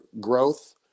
growth